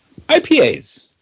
IPAs